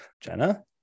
Jenna